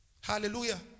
Hallelujah